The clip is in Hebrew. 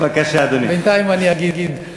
בינתיים אני אגיד.